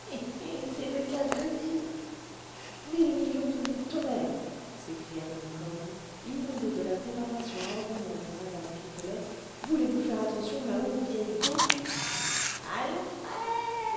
eh c'est le cas de le dire mille millions de tonnerres s'écria malicorne inondé de la préparation ordinaire de mme pipelet voulez-vous faire attention là-haut vieille gaupe alfred